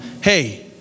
hey